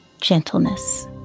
gentleness